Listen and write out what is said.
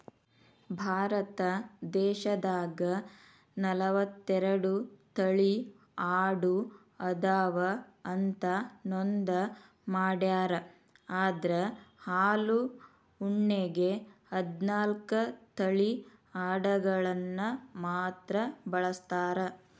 ಭಾರತ ದೇಶದಾಗ ನಲವತ್ತೆರಡು ತಳಿ ಆಡು ಅದಾವ ಅಂತ ನೋಂದ ಮಾಡ್ಯಾರ ಅದ್ರ ಹಾಲು ಉಣ್ಣೆಗೆ ಹದ್ನಾಲ್ಕ್ ತಳಿ ಅಡಗಳನ್ನ ಮಾತ್ರ ಬಳಸ್ತಾರ